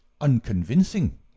unconvincing